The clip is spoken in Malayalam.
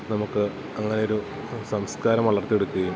നമുക്ക് അങ്ങനെയൊരു സംസ്കാരം വളർത്തിയെടുക്കുകയും